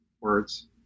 words